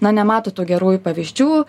na nemato tų gerųjų pavyzdžių